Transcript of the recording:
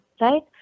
right